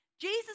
Jesus